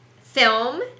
film